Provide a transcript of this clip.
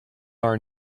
our